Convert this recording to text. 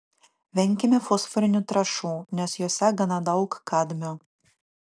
venkime fosforinių trąšų nes jose gana daug kadmio